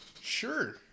Sure